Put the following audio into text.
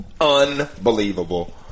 unbelievable